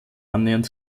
annähernd